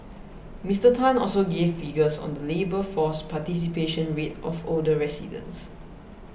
Mister Tan also gave figures on the labour force participation rate of older residents